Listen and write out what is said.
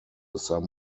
some